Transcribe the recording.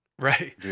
Right